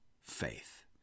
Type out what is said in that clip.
faith